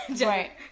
right